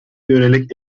yönelik